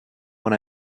when